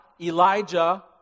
Elijah